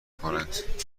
کنند